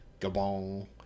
Gabong